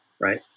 right